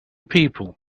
people